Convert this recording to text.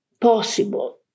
possible